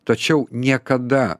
tačiau niekada